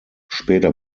später